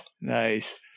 Nice